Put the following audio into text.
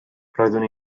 roeddwn